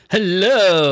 Hello